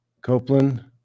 Copeland